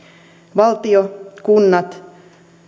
valtio kunnat